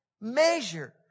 Measure